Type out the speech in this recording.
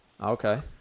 Okay